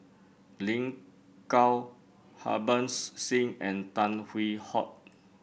Lin Gao Harbans Singh and Tan Hwee Hock